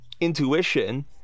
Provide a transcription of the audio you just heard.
intuition